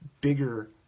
bigger